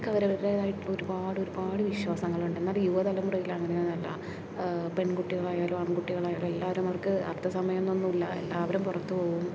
അതൊക്കെ അവരവരുടേതായ ഒരുപാട് ഒരുപാട് വിശ്വാസങ്ങളുണ്ട് എന്നാലും യുവതലമുറയിൽ അങ്ങനെയൊന്നുമല്ല പെൺകുട്ടികളായാലും ആൺകുട്ടികളായാലും എല്ലാവരും അവർക്ക് അർദ്ധ സമയം എന്നൊന്നുമില്ല എല്ലാവരും പുറത്ത് പോകും